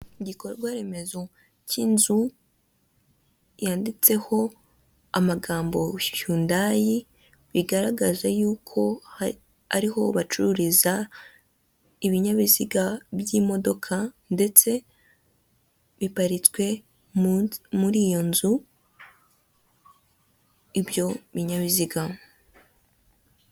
Igikorwa remezo cy'inzu yanditseho amagambo yundayi bigaragaza y'uko ariho bacururiza ibinyabiziga by'imodoka ndetse biparitswe muri iyo nzu ibyo binyabiziga.